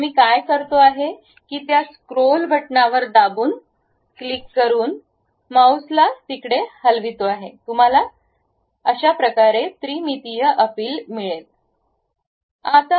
तर मी काय करतो आहे की त्या स्क्रोल बटणावर दाबून क्लिक करा आणि माउस ला इकडे हलवा तुम्हाला त्रिमितीय अपील मिळेल